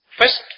first